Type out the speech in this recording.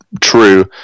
true